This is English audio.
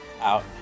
Out